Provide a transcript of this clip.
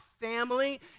family